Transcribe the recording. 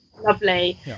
lovely